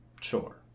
Sure